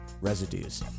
Residues